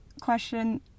question